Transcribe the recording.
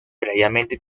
previamente